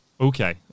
okay